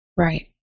right